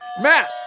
Matt